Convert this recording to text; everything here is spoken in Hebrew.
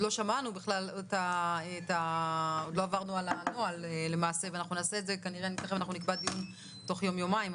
לא עברנו על הנוהל וכנראה נעשה את זה בדיון שנקיים תוך יום-יומיים.